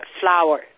flower